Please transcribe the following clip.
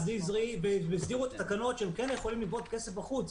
נזרי והסדירו את התקנות שהם כן יכולים לגבות כסף בחוץ